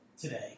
today